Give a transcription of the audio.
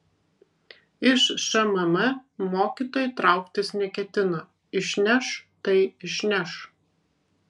iš šmm mokytojai trauktis neketina išneš tai išneš